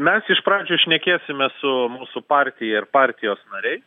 mes iš pradžių šnekėsime su mūsų partija ir partijos nariais